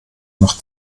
noch